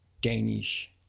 Danish